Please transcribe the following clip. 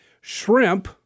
Shrimp